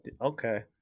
okay